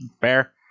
fair